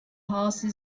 hause